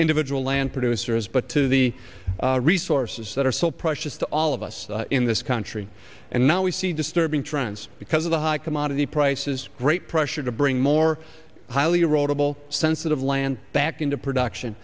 individual land producers but to the resources that are so precious to all of us in this country and now we see disturbing trends because of the high commodity prices great pressure to bring more highly wrote of all sensitive land back into production